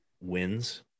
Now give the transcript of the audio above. wins